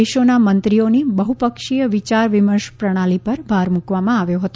દેશોના મંત્રીઓની બહ્પક્ષીય વિચાર વિમર્શ પ્રણાલિ પર ભાર મૂકવામાં આવ્યો હતો